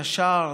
ישר,